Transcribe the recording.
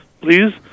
Please